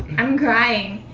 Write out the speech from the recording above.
i'm crying!